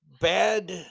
Bad